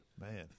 Man